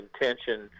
intention